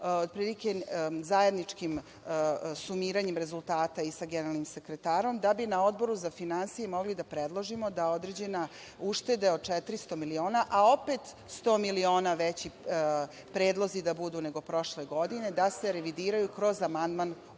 otprilike, zajednički sumiranjem rezultata i sa generalni sekretarom da bi na Odboru za finansije mogli da predložimo da određena ušteda od 400 miliona, a opet 100 miliona veći predlozi da budu nego prošle godine, da se revidiraju kroz amandman Odbora. Takav